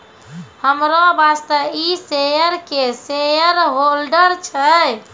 हमरो बॉसे इ शेयर के शेयरहोल्डर छै